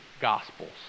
Gospels